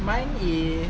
mine is